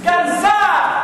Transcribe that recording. סגן שר,